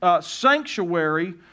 sanctuary